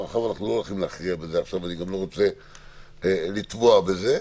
אבל אנחנו לא הולכים להכריע בזה עכשיו ואני לא רוצה שנטבע בזה.